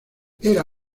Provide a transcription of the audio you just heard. era